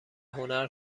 هنر